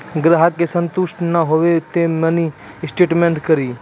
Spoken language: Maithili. ग्राहक के संतुष्ट ने होयब ते मिनि स्टेटमेन कारी?